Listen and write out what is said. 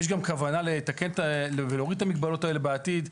יש גם כוונה לתקן ולהוריד את המגבלות האלה בעתיד.